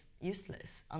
useless